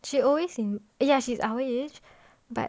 she always in yeah she's our age but